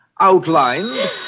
outlined